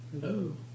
Hello